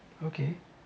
okay